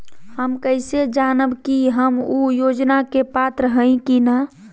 हम कैसे जानब की हम ऊ योजना के पात्र हई की न?